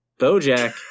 BoJack